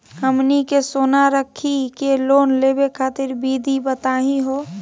हमनी के सोना रखी के लोन लेवे खातीर विधि बताही हो?